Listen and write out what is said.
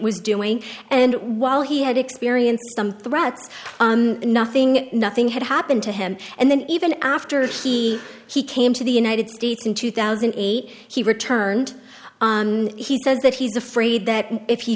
was doing and while he had experienced some threats nothing nothing had happened to him and then even after see he came to the united states in two thousand and eight he returned he says that he's afraid that if he